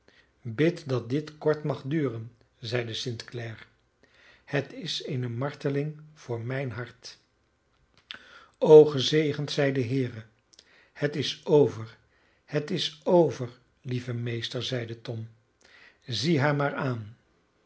bid dat dit kort mag duren zeide st clare het is eene marteling voor mijn hart o gezegend zij de heere het is over het is over lieve meester zeide tom zie haar maar aan